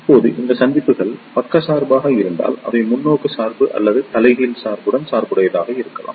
இப்போது இந்த சந்திப்புகள் பக்கச்சார்பாக இருந்தால் அவை முன்னோக்கு சார்பு அல்லது தலைகீழ் சார்புடன் சார்புடையதாக இருக்கலாம்